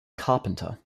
carpenter